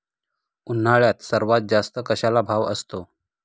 उन्हाळ्यात सर्वात जास्त कशाला भाव असतो?